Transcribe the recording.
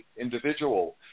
individual